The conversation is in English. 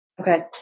Okay